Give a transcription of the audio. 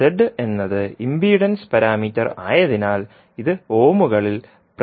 z എന്നത് impedance parameter ആയതിനാൽ ഇത് ഓമുകളിൽ പ്രതിനിധീകരിക്കും